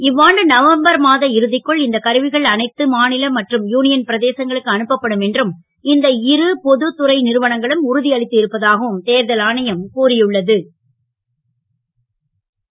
இ வாண்டு நவம்பர் இறு க்குள் இந்த கருவிகள் அனைத்து மாவல் மற்றும் யூ யன் பிரதேசங்களுக்கு அனுப்பப்படும் என்று இந்த இரு பொது துறை றுவனங்களும் உறு அளித்து இருப்பதா கவும் தேர்தல் ஆணையம் கூறியுள்ள து